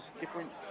different